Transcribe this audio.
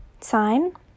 sign